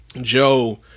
Joe